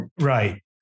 Right